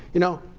you know,